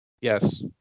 Yes